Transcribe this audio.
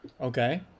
Okay